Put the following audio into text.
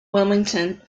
wilmington